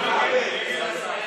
אין שום